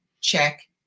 check